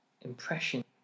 impression